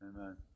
Amen